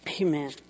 Amen